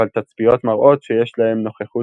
אבל תצפיות מראות שיש להם נוכחות